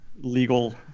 legal